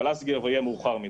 אבל אז יהיה כבר מאוחר מדי.